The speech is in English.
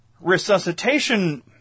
resuscitation